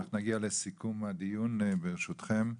אנחנו נגיע לסיכום הדיון, ברשותכם.